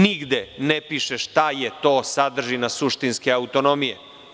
Nigde ne piše šta je to sadržina suštinske autonomije.